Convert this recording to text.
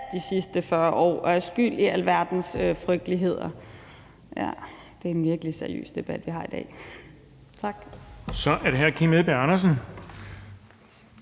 de sidste 40 år, og at vi er skyld i alverdens frygteligheder. Ja, det er en virkelig seriøs debat, vi har i dag. Tak. Kl. 11:43 Den fg. formand